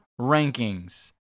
rankings